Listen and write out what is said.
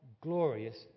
glorious